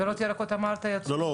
פירות וירקות אמרת --- לא,